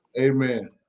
Amen